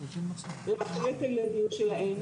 לגדל את הילדים שלהן,